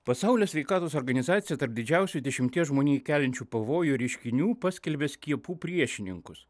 pasaulio sveikatos organizacija tarp didžiausių dešimties žmonijai keliančių pavojų reiškinių paskelbė skiepų priešininkus